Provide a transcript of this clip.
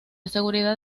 seguridad